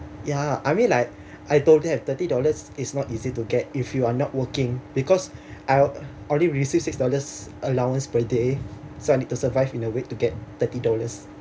ya I mean like I told them have thirty dollars is not easy to get if you are not working because I'll only receive six dollars allowance per day so I need to survive in a week to get thirty dollars